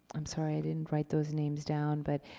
i'm sorry, i didn't write those names down. but,